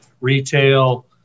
retail